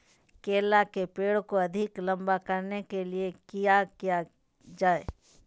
केला के पेड़ को अधिक लंबा करने के लिए किया किया जाए?